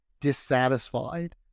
dissatisfied